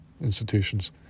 institutions